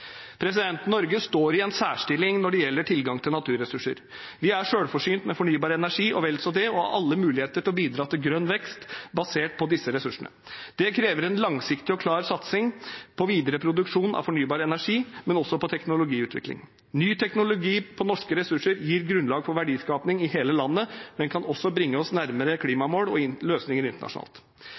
Norge står i en særstilling når det gjelder tilgang til naturressurser. Vi er selvforsynt med fornybar energi – og vel så det – og har alle muligheter til å bidra til grønn vekst basert på disse ressursene. Det krever en langsiktig og klar satsing på videre produksjon av fornybar energi, men også på teknologiutvikling. Ny teknologi på norske ressurser gir grunnlag for verdiskaping i hele landet, men kan også bringe oss nærmere klimamål og løsninger internasjonalt.